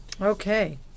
Okay